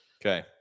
Okay